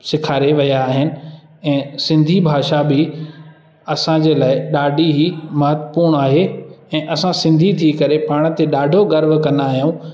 सेखारे विया आहिनि ऐं सिंधी भाषा बि असांजे लाइ ॾाढी ई महत्वपूर्ण आहे ऐं असां सिंधी थी करे पाण ते ॾाढो गर्व कंदा आहियूं